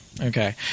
Okay